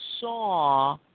saw